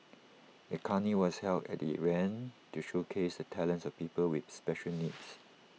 A carnival was held at the event to showcase the talents of people with special needs